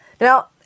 Now